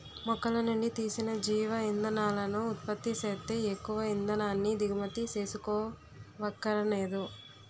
మొక్కలనుండి తీసిన జీవ ఇంధనాలను ఉత్పత్తి సేత్తే ఎక్కువ ఇంధనాన్ని దిగుమతి సేసుకోవక్కరనేదు